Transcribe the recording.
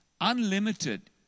unlimited